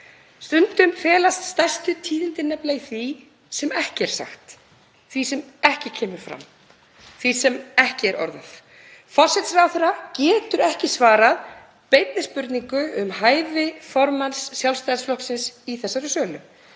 Stundum felast stærstu tíðindin nefnilega í því sem ekki er sagt, því sem ekki kemur fram, því sem ekki er orðað. Forsætisráðherra getur ekki svarað beinni spurningu um hæfi formanns Sjálfstæðisflokksins í þessari sölu.